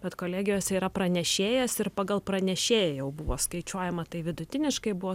bet kolegijose yra pranešėjas ir pagal pranešėją jau buvo skaičiuojama tai vidutiniškai buvo